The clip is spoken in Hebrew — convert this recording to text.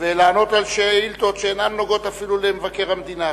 ולענות על שאילתות שאינן נוגעות אפילו למבקר המדינה,